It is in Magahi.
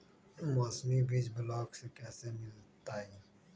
मौसमी बीज ब्लॉक से कैसे मिलताई?